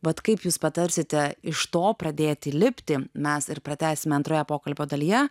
bet kaip jūs patarsite iš to pradėti lipti nasa ir pratęsime antroje pokalbio dalyje